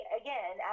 again